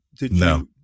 No